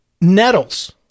nettles